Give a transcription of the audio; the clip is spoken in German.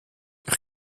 ich